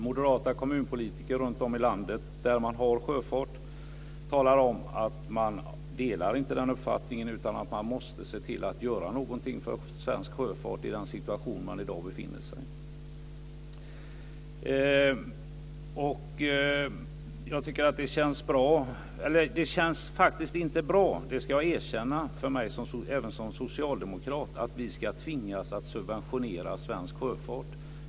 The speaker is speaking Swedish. Moderata kommunpolitiker runtom i landet där det finns sjöfart har talat om att de inte delar den här uppfattningen utan att något måste göras för svensk sjöfart i den situation svensk sjöfart i dag befinner sig i. Jag ska erkänna att även för mig som socialdemokrat känns det inte bra att vi ska tvingas att subventionera svensk sjöfart.